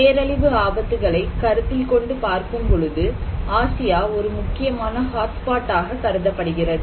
பேரழிவு ஆபத்துகளை கருத்தில் கொண்டு பார்க்கும் பொழுது ஆசியா ஒரு முக்கியமான ஹாட்ஸ்பாட் ஆக கருதப்படுகிறது